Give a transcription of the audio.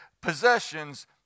possessions